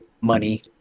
money